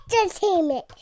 entertainment